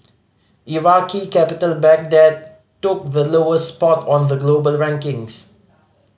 Iraqi capital Baghdad took the lowest spot on the global rankings